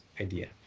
idea